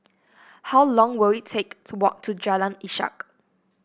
how long will it take to walk to Jalan Ishak